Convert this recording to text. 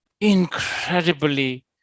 incredibly